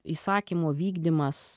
įsakymo vykdymas